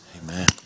Amen